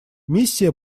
миссия